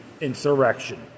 insurrection